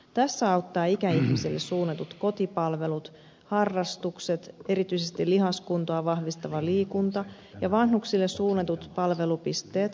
tässä auttavat ikäihmisille suunnatut kotipalvelut harrastukset erityisesti lihaskuntoa vahvistava liikunta ja vanhuksille suunnatut palvelupisteet